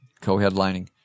co-headlining